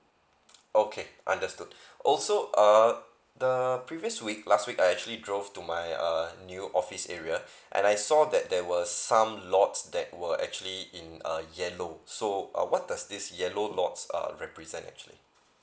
okay understood also uh the previous week last week I actually drove to my uh new office area and I saw that there was some lots that were actually in a yellow so uh what does this yellow lots are represent actually